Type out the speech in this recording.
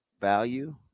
value